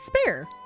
spare